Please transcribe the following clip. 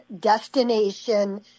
destination